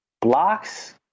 blocks